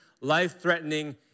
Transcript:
life-threatening